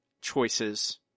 choices